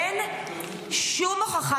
אין שום הוכחה,